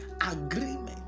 agreement